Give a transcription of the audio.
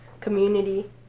community